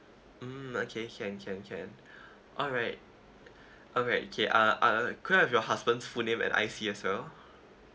mm okay can can can alright alright okay uh uh could I have your husband's full name and I_C as well